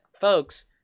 folks